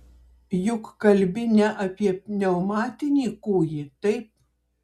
juk kalbi ne apie pneumatinį kūjį taip